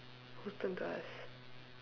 whose turn to ask